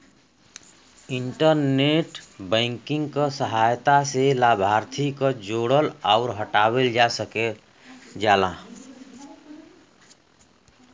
internet banking क सहायता से लाभार्थी क जोड़ल आउर हटावल जा सकल जाला